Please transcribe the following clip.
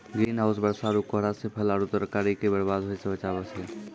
green house बरसा आरु कोहरा से फल आरु तरकारी के बरबाद होय से बचाबै छै